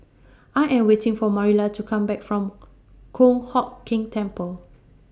I Am waiting For Marilla to Come Back from Kong Hock Keng Temple